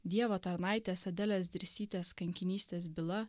dievo tarnaitės adelės dirsytės kankinystės byla